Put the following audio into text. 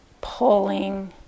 pulling